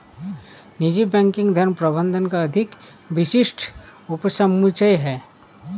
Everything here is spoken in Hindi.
निजी बैंकिंग धन प्रबंधन का अधिक विशिष्ट उपसमुच्चय है